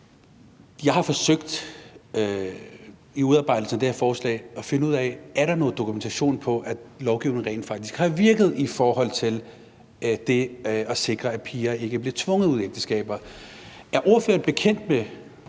Jeg har forsøgt i udarbejdelsen af det her forslag at finde ud af, om der er nogen dokumentation for, at loven rent faktisk har virket i forhold til det at sikre, at piger ikke bliver tvunget ud i ægteskaber. Er ordføreren bekendt med